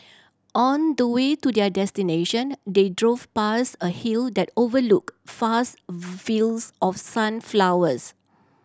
on the way to their destination they drove past a hill that overlooked fast fields of sunflowers